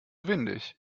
windig